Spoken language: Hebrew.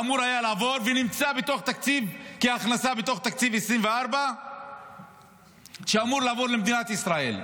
נמצא כהכנסה בתוך תקציב 2024 ואמור לעבור למדינת ישראל,